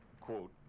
quote